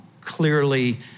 clearly